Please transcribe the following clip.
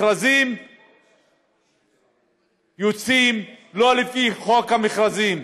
מכרזים יוצאים לא לפי חוק המכרזים,